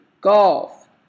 Golf